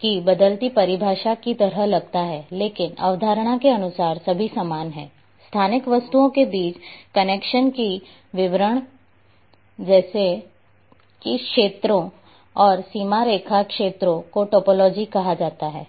की बदलती परिभाषा की तरह लगता है लेकिन अवधारणा के अनुसार सभी समान हैं स्थानिक वस्तुओं के बीच कनेक्शन के विवरण जैसे कि क्षेत्रों और सीमा रेखा क्षेत्रों को टोपोलॉजी कहा जाता है